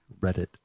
Reddit